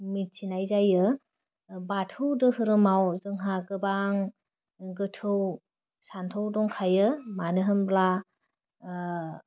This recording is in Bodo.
मिथिनाय जोयो बाथौ दोहोरोमाव जोंहा गोबां गोथौ सान्थौ दंखायो मानो होनब्ला ओह